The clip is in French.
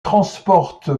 transporte